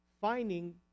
finding